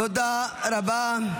תודה רבה.